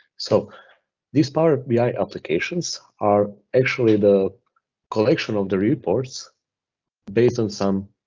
so this power bi applications are actually the collection of the reports based on some